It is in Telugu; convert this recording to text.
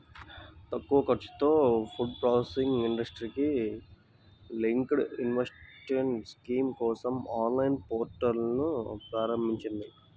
తక్కువ ఖర్చుతో ఫుడ్ ప్రాసెసింగ్ ఇండస్ట్రీకి లింక్డ్ ఇన్సెంటివ్ స్కీమ్ కోసం ఆన్లైన్ పోర్టల్ను ప్రారంభించింది